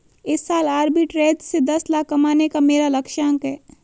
इस साल arbitrage से दस लाख कमाने का मेरा लक्ष्यांक है